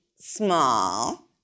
small